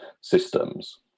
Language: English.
systems